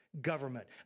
government